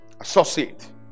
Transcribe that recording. Associate